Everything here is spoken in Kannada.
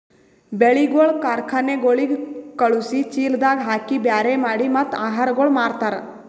ಬೆಳಿಗೊಳ್ ಕಾರ್ಖನೆಗೊಳಿಗ್ ಖಳುಸಿ, ಚೀಲದಾಗ್ ಹಾಕಿ ಬ್ಯಾರೆ ಮಾಡಿ ಮತ್ತ ಆಹಾರಗೊಳ್ ಮಾರ್ತಾರ್